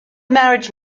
marriage